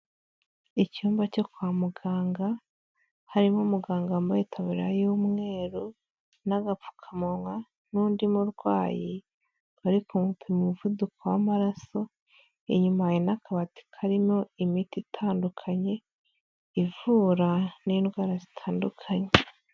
Icyumba cyo kwa muganga, harimo umuganga wambaye itaburiya y'umweru n'agapfukamunwa n'undi murwayi, bari kumupima umuvuduko w'amaraso, inyuma hari n'akabati karimo imiti itandukanye, ivura n'indwara zitandukanye.